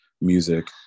music